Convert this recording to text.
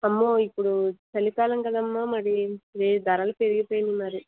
అమ్మో ఇప్పుడు చలికాలం కదమ్మ మరి ఇది ధరలు పెరిగిపోయినాయి మరి